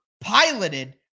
piloted